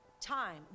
time